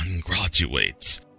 graduates